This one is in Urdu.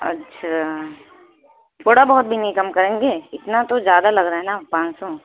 اچھا تھوڑا بہت بھی نہیں کم کریں گے اتنا تو زیادہ لگ رہا ہے نا پانچ سو